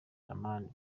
ramjaane